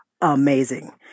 amazing